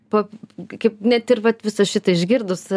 pa kaip net ir vat visą šitą išgirdus